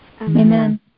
Amen